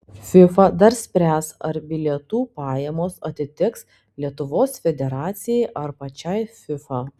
fifa dar spręs ar bilietų pajamos atiteks lietuvos federacijai ar pačiai fifa